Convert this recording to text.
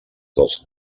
dels